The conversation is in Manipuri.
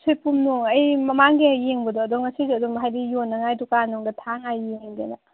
ꯁꯣꯏꯄꯨꯝꯗꯣ ꯑꯩ ꯃꯃꯥꯡꯒꯤ ꯌꯦꯡꯕꯗꯣ ꯑꯗꯣ ꯉꯁꯤꯁꯨ ꯑꯗꯨꯝ ꯍꯥꯏꯗꯤ ꯌꯣꯟꯅꯉꯥꯏ ꯗꯨꯀꯥꯟꯅꯨꯡꯗ ꯊꯥꯅꯉꯥꯏ ꯌꯦꯡꯒꯦꯅ